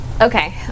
Okay